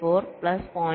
4 plus 0